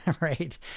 right